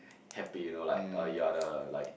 happy you know like uh you are the like